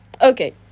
okay